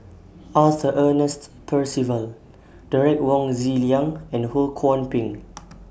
Arthur Ernest Percival Derek Wong Zi Liang and Ho Kwon Ping